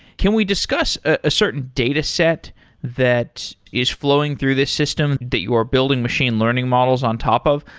can we discuss a certain dataset that is flowing through this system that you are building machine learning models on top of?